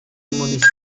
municipal